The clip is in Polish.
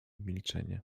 milczenie